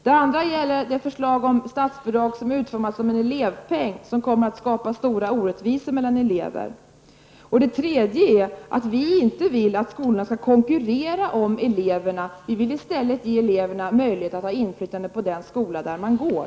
Den andra gäller det förslag om ett statsbidrag utformat som en elevpeng, vilket kommer att skapa stora orättvisor mellan elever. Den tredje är att vi i vänsterpartiet inte vill att skolorna skall konkurrera om eleverna. Vi vill i stället ge eleverna möjlighet att ha inflytande på den skola där de går.